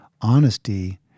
Honesty